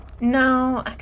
no